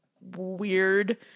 weird